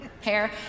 hair